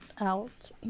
out